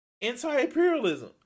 anti-imperialism